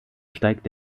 steigt